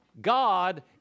God